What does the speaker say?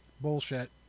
Bullshit